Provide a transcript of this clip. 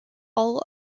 all